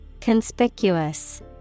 Conspicuous